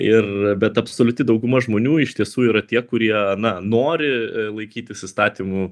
ir bet absoliuti dauguma žmonių iš tiesų yra tie kurie na nori laikytis įstatymų